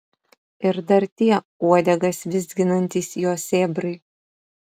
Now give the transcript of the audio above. ir dar tie uodegas vizginantys jo sėbrai